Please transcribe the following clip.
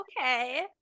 okay